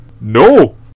No